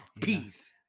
peace